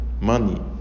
money